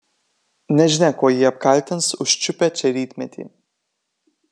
nežinia kuo jį apkaltins užčiupę čia rytmetį